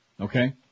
Okay